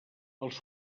els